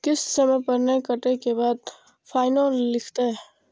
किस्त समय पर नय कटै के बाद फाइनो लिखते?